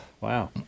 Wow